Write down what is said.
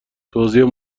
توزیع